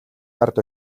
ард